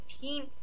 team